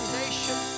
nation